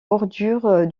bordure